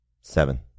Seven